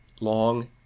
long